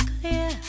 clear